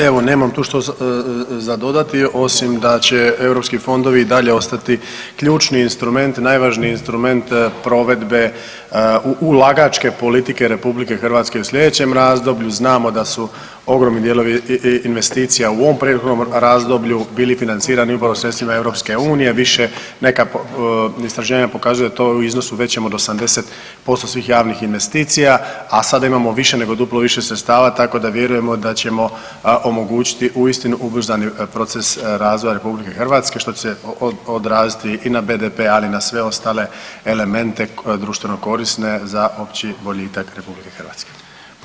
Evo, nemam ništa za dodati, osim da će EU fondovi i dalje ostati ključni instrumenti, najvažniji instrument provedbe ulagačke politike RH u sljedećem razdoblju, znamo da su ogromni dijelovi investicija u ovom prethodnom razdoblju bili financirani upravo sredstvima EU, više neka istraživanja pokazuju to u iznosu većem od 80% svih javnih investicija, a sada imamo više nego duplo više sredstava, tako da vjerujemo da ćemo omogućiti uistinu ubrzani proces razvoja RH, što će se odraziti i na BDP, ali i na sve ostale elemente društveno korisne za opći boljitak RH.